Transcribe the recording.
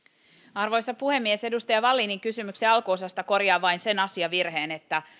arvoisa puhemies edustaja wallinin kysymyksen alkuosasta korjaan vain sen asiavirheen että